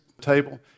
table